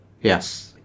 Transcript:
Yes